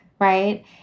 right